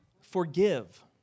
forgive